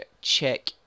check